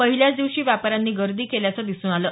पहिल्याच दिवशी व्यापाऱ्यांनी गर्दी केल्याचं दिसून आलं